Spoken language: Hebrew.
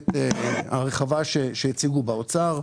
למצגת הרחבה שהציגו באוצר.